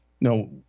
No